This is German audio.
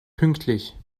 pünktlich